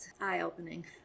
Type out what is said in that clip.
eye-opening